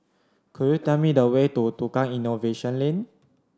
could you tell me the way to Tukang Innovation Lane